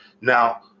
Now